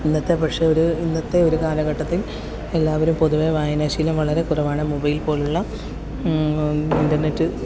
ഇന്നത്തെ പക്ഷെ ഒരു ഇന്നത്തെ ഒരു കാലഘട്ടത്തിൽ എല്ലാവരും പൊതുവെ വായനാശീലം വളരെ കുറവാണ് മൊബൈൽ പോലുള്ള ഇൻ്റർനെറ്റ്